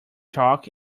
chalk